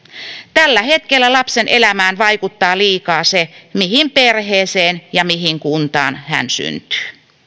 tällä hetkellä lapsen elämään vaikuttaa liikaa se mihin perheeseen ja mihin kuntaan hän syntyy